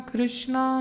Krishna